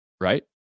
right